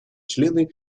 члены